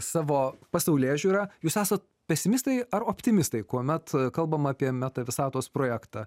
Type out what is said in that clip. savo pasaulėžiūrą jūs esa pesimistai ar optimistai kuomet kalbam apie meta visatos projektą